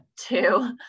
two